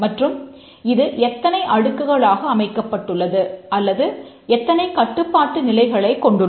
மற்றும் இது எத்தனை அடுக்குகளாக அமைக்கப்பட்டுள்ளது அல்லது எத்தனை கட்டுப்பாட்டு நிலைகளைக் கொண்டுள்ளது